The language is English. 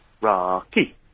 Rocky